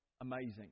amazing